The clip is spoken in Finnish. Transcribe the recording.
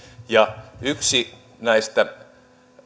ja yksi näistä